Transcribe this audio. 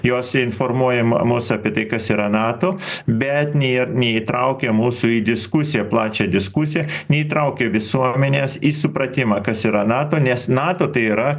jos informuojamos apie tai kas yra nato bet neį neįtraukia mūsų į diskusiją plačią diskusiją neįtraukia visuomenės į supratimą kas yra nato nes nato tai yra